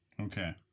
Okay